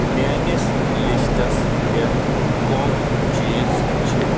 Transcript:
میٲنِس لِسٹس پیٹھ کُم چیٖز چھِ